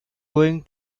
going